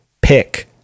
pick